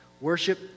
Worship